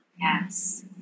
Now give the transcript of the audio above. Yes